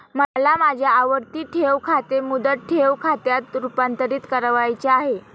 मला माझे आवर्ती ठेव खाते मुदत ठेव खात्यात रुपांतरीत करावयाचे आहे